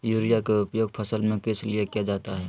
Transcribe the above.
Urea के उपयोग फसल में किस लिए किया जाता है?